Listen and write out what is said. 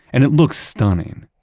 and it looks stunning.